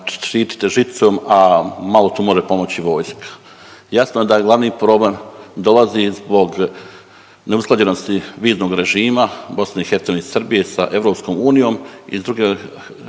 štitit žicom, a malo tu more pomoći vojska. Jasno da glavni problem dolazi zbog neusklađenosti viznog režima BiH i Srbije sa EU i drugi razlog je